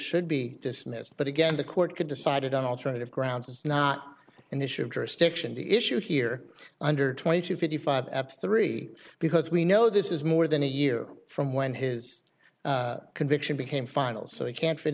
should be dismissed but again the court could decided on alternative grounds it's not an issue of jurisdiction the issue here under twenty two fifty five at three because we know this is more than a year from when his conviction became final so he can't fit